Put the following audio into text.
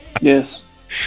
Yes